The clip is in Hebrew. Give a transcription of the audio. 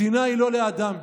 השנאה היא לא לאדם,